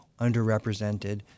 underrepresented